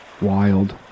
wild